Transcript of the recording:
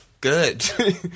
good